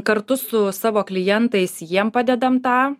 kartu su savo klientais jiem padedam tą